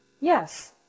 Yes